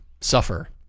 suffer